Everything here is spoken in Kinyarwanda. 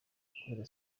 guhera